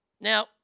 Now